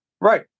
Right